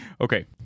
okay